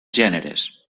gèneres